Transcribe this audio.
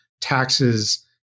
taxes